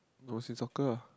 i was in soccer ah